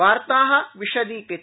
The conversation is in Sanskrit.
वार्ताः विशदीकृत्य